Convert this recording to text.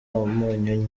umunyu